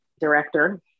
director